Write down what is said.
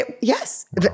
Yes